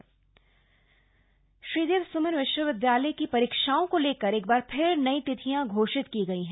श्रीदेव समन विवि श्रीदेव स्मन विश्वविदयालय की परीक्षाओं को लेकर एक बार फिर नई तिथियां घोषित की गई हैं